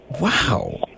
Wow